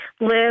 live